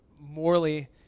morally